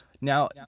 Now